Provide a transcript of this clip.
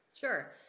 Sure